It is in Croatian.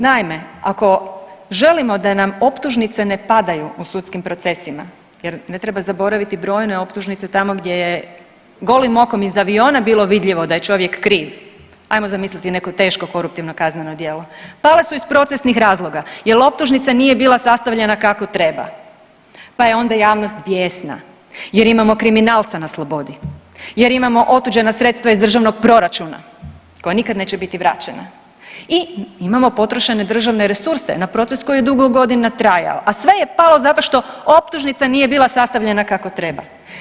Naime, ako želimo da nam optužnice ne padaju u sudskim procesima jer ne treba zaboraviti brojne optužnice tamo gdje je golim okom iz aviona bilo vidljivo da je čovjek kriv, ajmo zamisliti neko teško koruptivno kazneno djelo pala su iz procesnih razloga jer optužnica nije bila sastavljena kako treba, pa je onda javnost bijesna jer imamo kriminalca na slobodi jer imamo otuđena sredstva iz državnog proračuna koja nikad neće biti vraćena i imamo potrošene državne resurse na proces koji je dugo godina trajao, a sve je palo zato što optužnica nije bila sastavljena kako treba.